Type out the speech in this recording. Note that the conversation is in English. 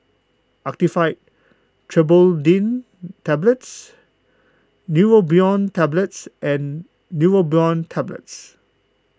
Actifed Triprolidine Tablets Neurobion Tablets and Neurobion Tablets